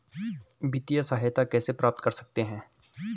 वित्तिय सहायता कैसे प्राप्त कर सकते हैं?